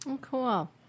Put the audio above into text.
cool